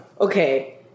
okay